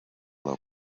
low